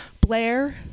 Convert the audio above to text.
Blair